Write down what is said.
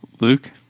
luke